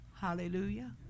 Hallelujah